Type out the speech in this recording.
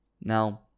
Now